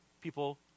people